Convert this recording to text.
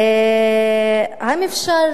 האי-אמון,